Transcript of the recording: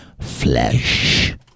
flesh